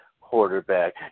quarterback